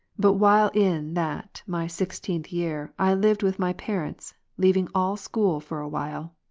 but while in that my sixteenth year i lived with my parents, leaving all school for a while,